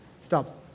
Stop